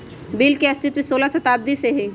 bill के अस्तित्व सोलह शताब्दी से हइ